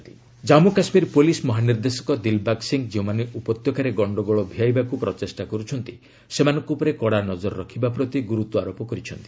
JK DGP security Jammu Kashmir police ମହାନିର୍ଦ୍ଦେଶକ ଦିଲ୍ବାଗ୍ ସିଂ ଯେଉଁମାନେ ଉପତ୍ୟକାରେ ଗଣ୍ଡଗୋଳ ଭିଆଇବାକୁ ପ୍ରଚେଷ୍ଟା କରୁଛନ୍ତି ସେମାନଙ୍କ ଉପରେ କଡ଼ା ନଜର ରଖିବା ପ୍ରତି ଗୁରୁତ୍ୱାରୋପ କରିଛନ୍ତି